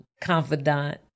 confidant